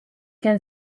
can